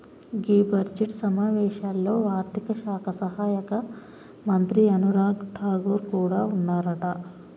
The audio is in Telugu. గీ బడ్జెట్ సమావేశాల్లో ఆర్థిక శాఖ సహాయక మంత్రి అనురాగ్ ఠాగూర్ కూడా ఉన్నారట